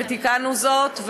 ותיקנו זאת,